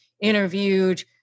interviewed